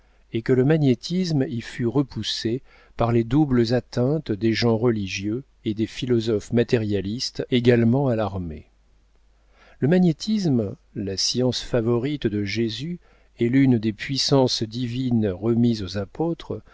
et que le magnétisme y fut repoussé par les doubles atteintes des gens religieux et des philosophes matérialistes également alarmés le magnétisme la science favorite de jésus et l'une des puissances divines remises aux apôtres